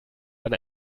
dann